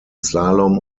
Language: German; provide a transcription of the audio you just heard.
slalom